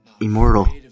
Immortal